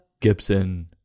Gibson